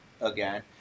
Again